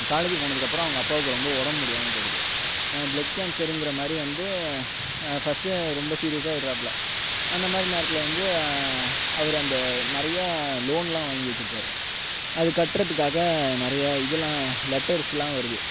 college போனதுக்கப்புறம் அவங்க அப்பாவுக்கு ரொம்ப உடம்பு முடியாமல் போய்டுது பிளட் கேன்சர்ங்கிற மாதிரி வந்து ஃபர்ஸ்ட்டு ரொம்ப சீரியஸாக ஆயிடுறாப்ல அந்த மாதிரி நேரத்தில் வந்து அவர் அந்த நிறையா லோன்லாம் வாங்கி வெச்சிருப்பார் அது கட்டுறதுக்காக நிறையா இதலாம் லெட்டர்ஸ்லாம் வருது